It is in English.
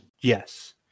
Yes